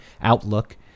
outlook